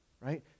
right